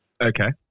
Okay